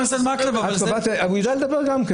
הוא יודע לדבר גם כן,